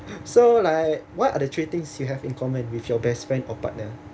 so like what are the three things you have in common with your best friend or partner